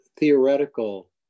Theoretical